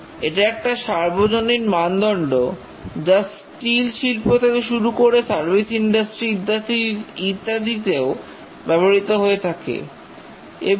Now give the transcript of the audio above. এটা একটা সার্বজনীন মানদণ্ড যা স্টিল শিল্প থেকে শুরু করে সার্ভিস ইন্ডাস্ট্রি ইত্যাদিতেও ব্যবহৃত হয়ে থাকে